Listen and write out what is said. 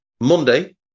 Monday